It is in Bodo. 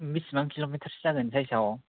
बिसिबां किल' मिटार सो जागोन साइसआव